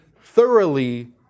thoroughly